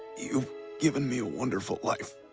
you've given me a wonderful life.